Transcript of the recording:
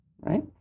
right